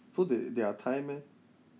so they they are thai meh